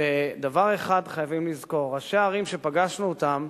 שדבר אחד חייבים לזכור: ראשי הערים שפגשנו אותם,